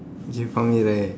okay for me right